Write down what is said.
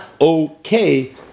okay